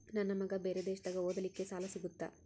ನನ್ನ ಮಗ ಬೇರೆ ದೇಶದಾಗ ಓದಲಿಕ್ಕೆ ಸಾಲ ಸಿಗುತ್ತಾ?